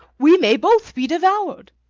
we may both be devoured.